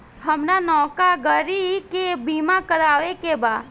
हामरा नवका गाड़ी के बीमा करावे के बा